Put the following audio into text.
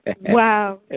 Wow